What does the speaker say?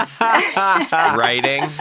Writing